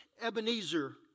Ebenezer